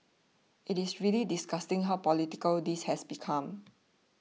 it is really disgusting how political this has become